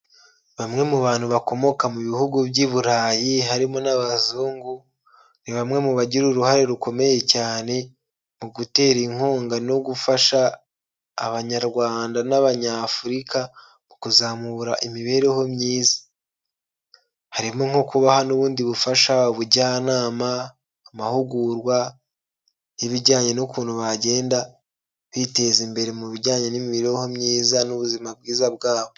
Bamwe mu bantu bakomoka mu bihugu by'iburayi harimo n'abazungu, ni bamwe mu bagira uruhare rukomeye cyane mu gutera inkunga no gufasha abanyarwanda n'abanyafurika kuzamura imibereho myiza, harimo nko kuba n'ubundi bufasha, ubujyanama, amahugurwa, ibijyanye n'ukuntu bagenda biteza imbere mu bijyanye n'imibereho myiza n'ubuzima bwiza bwabo.